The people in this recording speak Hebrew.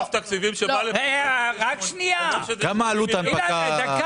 מה עלות הנפקה?